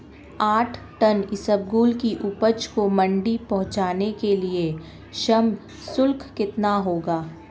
आठ टन इसबगोल की उपज को मंडी पहुंचाने के लिए श्रम शुल्क कितना होगा?